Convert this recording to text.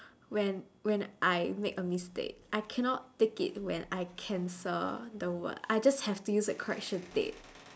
when when I make a mistake I cannot take it when I cancel the word I just have to use a correction tape